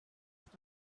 stop